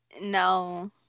No